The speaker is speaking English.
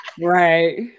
Right